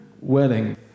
wedding